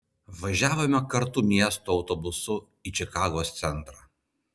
važiavome kartu miesto autobusu į čikagos centrą